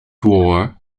war